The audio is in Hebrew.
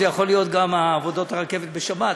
זה יכול להיות גם עבודות הרכבת בשבת,